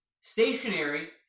stationary